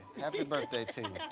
happy birthday